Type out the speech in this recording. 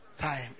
time